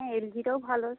হ্যাঁ এল জিটাও ভালো